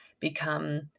become